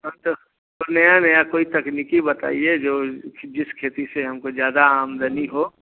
अच्छा तो नया नया कोई तकनीकी बताइए जो जिस खेती से हमको ज़्यादा आमदनी हो